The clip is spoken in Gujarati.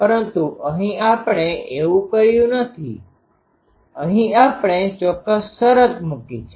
પરંતુ અહીં આપણે એવું કર્યું નથી અહીં આપણે ચોક્કસ શરત મૂકી છે